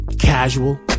Casual